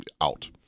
out